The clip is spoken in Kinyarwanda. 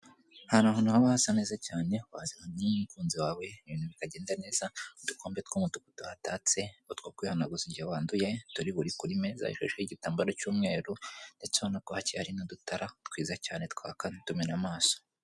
Hari ahantu haba hasa neza cyane uhazana n'umukunzi wawe ibintu bikagenda neza, udukombe tw'umutuku tuhatatse, utwo kwihanaguza igihe wanduye turi buri kuri meza ishasheho igitambaro cy'umweru ndetse ubona ko hakeye hari n'udutara twiza cyane twaka, ntitumene amaso .